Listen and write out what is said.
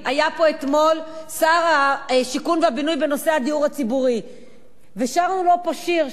היה פה אתמול שר הבינוי והשיכון בנושא הדיור הציבורי ושרנו לו פה שיר,